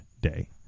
day